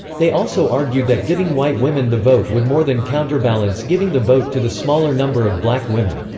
they also argued that giving white women the vote would more than counterbalance giving the vote to the smaller number of black women.